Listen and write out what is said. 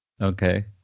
Okay